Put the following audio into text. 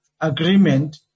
agreement